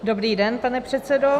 Dobrý den, pane předsedo.